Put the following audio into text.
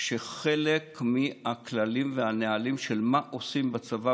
שחלק מהכללים והנהלים של מה עושים בצבא